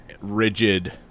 rigid